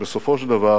שבסופו של דבר